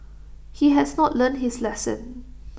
he has not learnt his lesson